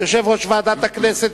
יושב-ראש ועדת הכנסת,